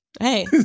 Hey